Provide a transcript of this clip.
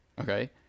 Okay